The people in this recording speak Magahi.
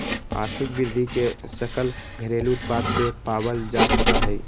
आर्थिक वृद्धि के सकल घरेलू उत्पाद से मापल जा सका हई